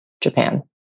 Japan